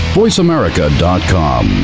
voiceamerica.com